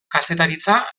kazetaritza